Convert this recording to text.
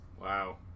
wow